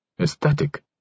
aesthetic